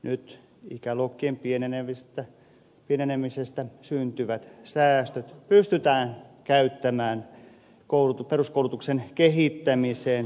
nyt ikäluokkien pienenemisestä syntyvät säästöt pystytään käyttämään peruskoulutuksen kehittämiseen